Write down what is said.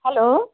hello